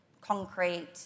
concrete